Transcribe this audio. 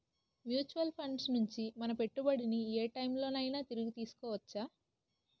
Mutual funds నుండి మన పెట్టుబడిని ఏ టైం లోనైనా తిరిగి తీసుకోవచ్చా?